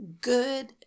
good